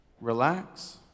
Relax